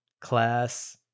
class